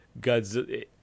Godzilla